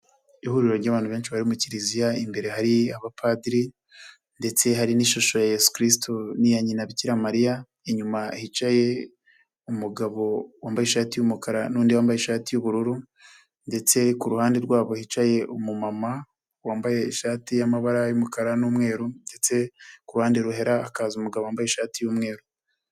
Ihuriro ry'abantu benshi bari mu kiliziya, imbere hari abapadiri ndetse hari n'ishusho ya Yesu kiristu n'iya nyina bikira mariya, inyuma hicaye umugabo wambaye ishati y'umukara n'undi wambaye ishati y'ubururu ndetse kuruhande rwabo hicaye umumama wambaye ishati y'amabara y'umukara n'umweru ndetse kuruhande ruhera hakaza umugabo wambaye ishati y'umweru.